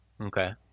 Okay